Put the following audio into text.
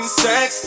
sex